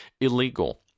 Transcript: illegal